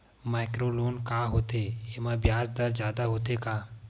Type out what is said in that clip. Micro loan का होथे येमा ब्याज दर जादा होथे का?